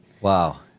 Wow